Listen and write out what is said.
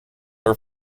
are